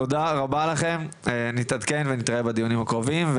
תודה רבה לכם, נתעדכן ונתראה בדיונים הקרובים.